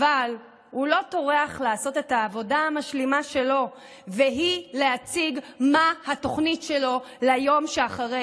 אבל גם בחלוף 82 ימים עדיין לחלוטין לא ברור מה צפוי ביום שאחרי